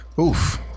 Oof